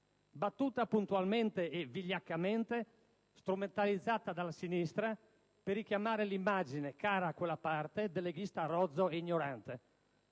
battuta puntualmente e vigliaccamente strumentalizzata dalla sinistra per richiamare l'immagine, cara a quella parte, del leghista rozzo e ignorante.